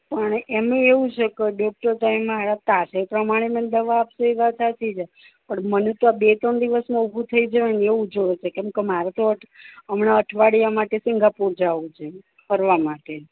પણ એનું એવું છે કે ડૉક્ટર સાહેબ મારા તાસીર પ્રમાણે દવા આપશે એ વાત સાચી છે પણ મને તો બે ત્રણ દિવસમાં ઊભું થઈ જવાયને એવું જોઈએ છે કેમકે મારે તો હમણાં અઠવાડિયા માટે સિંગાપુર જવું છે ફરવા માટે